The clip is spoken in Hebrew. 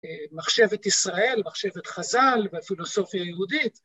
מחשבת ישראל, מחשבת חז"ל והפילוסופיה יהודית.